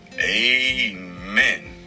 Amen